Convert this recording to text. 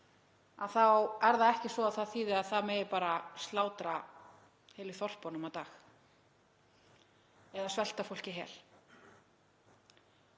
þá er það ekki svo að það þýði að það megi bara slátra heilu þorpunum á dag eða svelta fólk í hel.